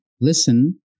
listen